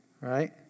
Right